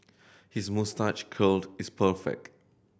his moustache curled is perfect